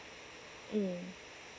mm